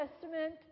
Testament